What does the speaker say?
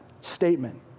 statement